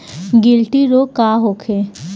गिलटी रोग का होखे?